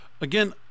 again